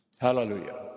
Hallelujah